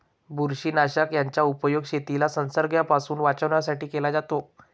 बुरशीनाशक याचा उपयोग शेतीला संसर्गापासून वाचवण्यासाठी केला जातो